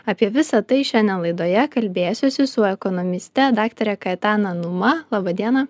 apie visa tai šiandien laidoje kalbėsiuosi su ekonomiste daktare kaetana numa laba diena